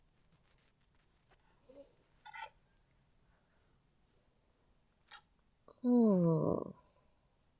hmm